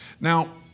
Now